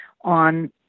on